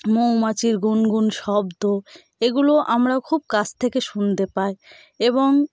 মৌমাছির গুনগুন শব্দ এগুলো আমরা খুব কাস থেকে শুনতে পায় এবং